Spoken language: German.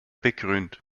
bekrönt